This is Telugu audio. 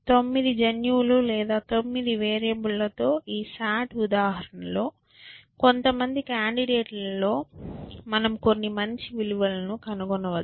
9 జన్యువులు లేదా 9 వేరియబుల్స్ తో ఈ SAT ఉదాహరణలో కొంతమంది కాండిడేట్ లలో మనం కొన్ని మంచి విలువలను కనుగొనవచ్చు